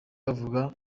bavuga